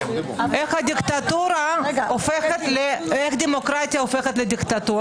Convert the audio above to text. נצטרך לעשות אותו לקראת הדיונים בקריאה השנייה והשלישית,